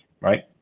Right